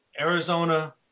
Arizona